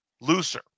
looser